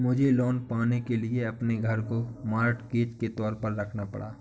मुझे लोन पाने के लिए अपने घर को मॉर्टगेज के तौर पर रखना पड़ा